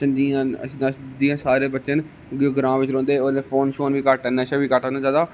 जि'यां सारे बच्चे ना ग्रां बिच रौंहदे फोन शोन बी घट्ट नशा बी घट्ट ऐ